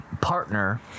partner